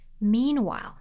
Meanwhile